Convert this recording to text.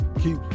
keep